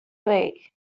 bey